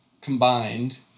combined